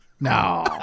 No